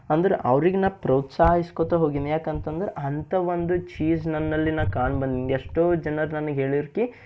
ಅಂದ್ರೆ ಅವ್ರಿಗೆ ನಾನು ಪ್ರೋತ್ಸಾಹಿಸ್ಕೋತ ಹೋಗಿನಿ ಯಾಕೆ ಅಂತಂದರೆ ಅಂಥ ಒಂದು ಚೀಸ್ ನನ್ನಲ್ಲಿ ನಾನು ಕಾಣ ಬಂದೀನಿ ಎಷ್ಟೋ ಜನರು ನನಗೆ ಹೇಳಿರು ಕಿ